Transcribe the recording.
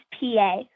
PA